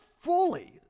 fully